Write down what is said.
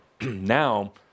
Now